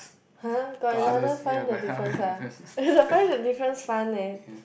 !huh! got another find the difference ah the find the difference fun leh